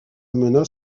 amena